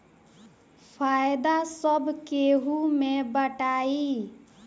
फायदा सब केहू मे बटाई